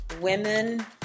Women